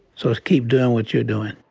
so keep doing what you're doing.